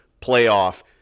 playoff